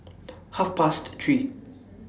Half Past three